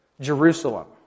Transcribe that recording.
Jerusalem